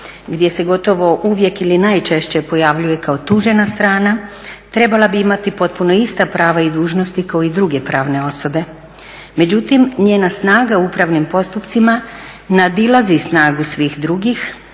gdje se gotovo uvijek ili najčešće pojavljuje kao tužena strana trebala bi imati potpuno ista prava i dužnosti kao i druge pravne osobe. Međutim, njena snaga u upravnim postupcima nadilazi snagu svih drugih